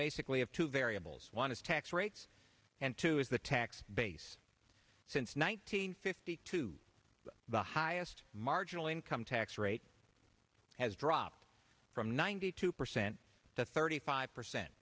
basically of two variables one is tax rates and two is the tax base since nine hundred fifty two the highest marginal income tax rate has dropped from ninety two percent to thirty five percent